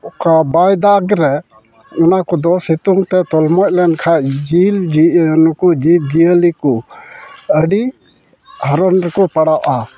ᱚᱠᱟ ᱵᱟᱭ ᱫᱟᱜᱽ ᱨᱮ ᱚᱱᱟ ᱠᱚᱫᱚ ᱥᱤᱛᱩᱝ ᱛᱮ ᱛᱚᱞᱢᱚᱡ ᱞᱮᱱᱠᱷᱟᱡ ᱡᱤᱵᱽ ᱡᱤᱭᱟᱹᱞᱤ ᱠᱚ ᱡᱤᱵᱽ ᱡᱤᱭᱟᱹᱞᱤ ᱠᱚ ᱟᱹᱰᱤ ᱦᱟᱨᱚᱱ ᱨᱮᱠᱚ ᱯᱟᱲᱟᱣᱚᱜᱼᱟ